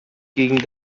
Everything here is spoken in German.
gegen